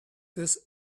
this